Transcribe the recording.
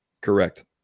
Correct